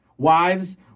Wives